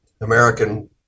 American